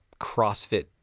CrossFit